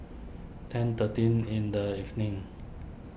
ten thirty in the evening